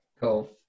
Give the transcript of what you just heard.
cool